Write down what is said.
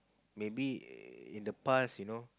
maybe in the past you know